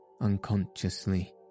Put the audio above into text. unconsciously